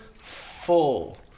full